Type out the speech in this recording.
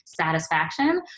satisfaction